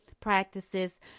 practices